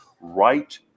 right